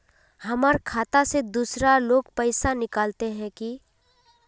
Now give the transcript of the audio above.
हमर खाता से दूसरा लोग पैसा निकलते है की?